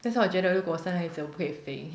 that's why 我觉得如果我生孩子我不可以飞